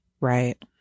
Right